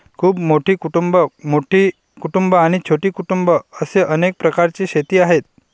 खूप मोठी कुटुंबं, मोठी कुटुंबं आणि छोटी कुटुंबं असे अनेक प्रकारची शेती आहे